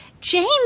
James